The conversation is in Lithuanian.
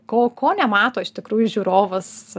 ko ko nemato iš tikrųjų žiūrovas